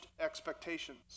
expectations